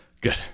Good